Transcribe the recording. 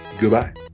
goodbye